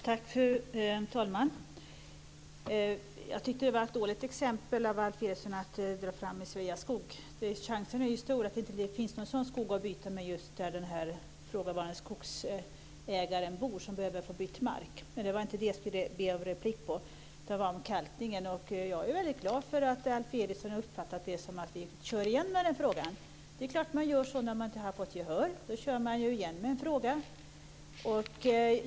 Fru talman! Att dra fram Sveaskog som exempel, tycker jag var dåligt av Alf Eriksson. Risken är stor att det inte finns någon sådan skog att byta med just där den skogsägare bor som behöver byta mark. Det var inte det jag skulle replikera på, utan det gällde kalkningen. Jag är glad att Alf Eriksson har uppfattat det som att vi kommer igen med frågan. Det gör man när man inte har fått gehör. Då kommer man igen med frågan.